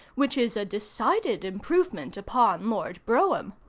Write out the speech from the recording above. which is a decided improvement upon lord brougham.